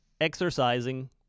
exercising